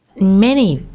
many,